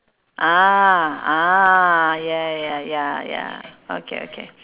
ah ah ya ya ya ya okay okay